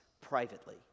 privately